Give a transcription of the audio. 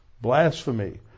blasphemy